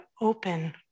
open